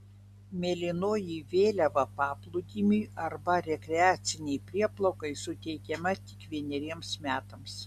mėlynoji vėliava paplūdimiui arba rekreacinei prieplaukai suteikiama tik vieneriems metams